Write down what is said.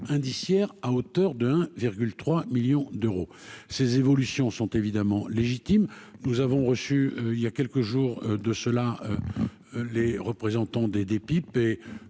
indiciaire à hauteur d'1 virgule 3 millions d'euros, ces évolutions sont évidemment légitime, nous avons reçu il y a quelques jours de cela, les représentants des dés